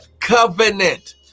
covenant